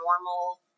normal